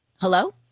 hello